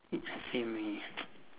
same eh